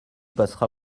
passera